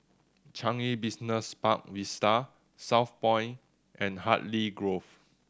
Changi Business Park Vista Southpoint and Hartley Grove